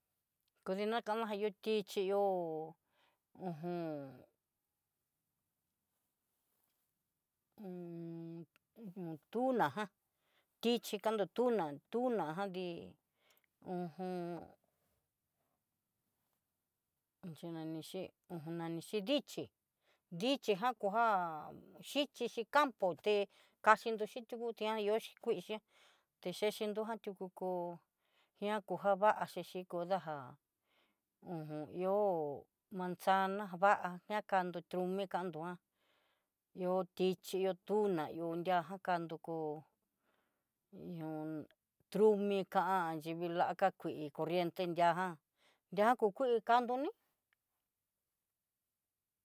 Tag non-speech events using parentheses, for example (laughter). Kodi jina kana yu'u tichi yo'o uj (hesitation) hu no tuna jan tichí kando tuna tuna jan nrí ho jon ichi nani xhí nani xhí dichí jan kojá xhichixi campo té kaxhinró xhi tiuku tijan ihó xhí kuiixia te cheche nrojan tiuku kó ihá ko java xhixi kudajan uj (hesitation) ihó manzana va ñakando tr (hesitation) e kando jan ihó tichí ihó tuna ihó nria jakan doko ño'o tr (hesitation) i kán chivilaka kuii conrriente nrijan ña ku kuii kando ní.